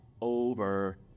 Over